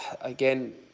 again